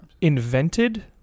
Invented